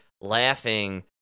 laughing